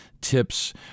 tips